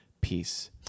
peace